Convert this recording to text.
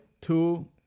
two